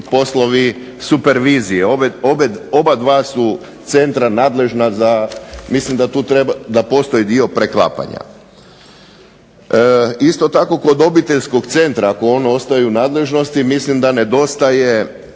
poslovi supervizije. Obadva su centra nadležna za, mislim da tu treba, da postoji dio preklapanja. Isto tako kod obiteljskog centra, ako on ostaje u nadležnosti, mislim da nedostaje